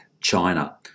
China